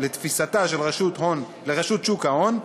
לתפיסתה של רשות שוק ההון,